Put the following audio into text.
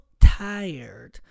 tired